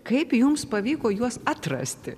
kaip jums pavyko juos atrasti